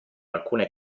alcune